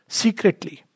secretly